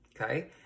okay